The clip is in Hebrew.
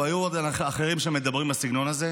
והיו עוד אנשים אחרים שמדברים בסגנון הזה,